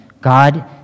God